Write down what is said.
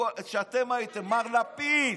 כשאני הייתי איתך.